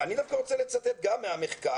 אני דווקא רוצה לצטט גם מהמחקר,